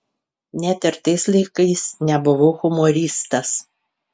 net ir tais laikais nebuvau humoristas